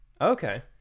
Okay